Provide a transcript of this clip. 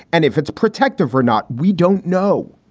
and if it's protective or not, we don't know.